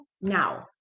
now